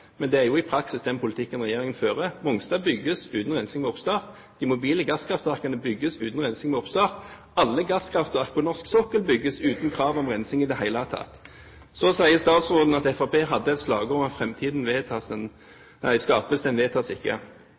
men det er jo i praksis den politikken regjeringen fører. Mongstad bygges uten rensing ved oppstart. De mobile gasskraftverkene bygges uten rensing ved oppstart. Alle gasskraftverk på norsk sokkel bygges uten krav om rensing i det hele tatt. Så sier statsråden at Fremskrittspartiet hadde som slagord at fremtiden skapes, den vedtas ikke.